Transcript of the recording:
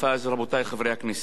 רבותי חברי הכנסת,